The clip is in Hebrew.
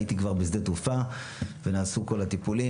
הייתי כבר בשדה תעופה ונעשו כל הטיפולים,